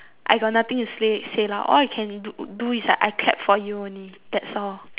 I got nothing to say say lah all I can do do is like I clap for you only that's all